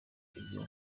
ibyo